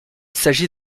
s’agit